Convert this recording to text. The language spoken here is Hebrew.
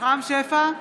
רם שפע,